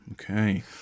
Okay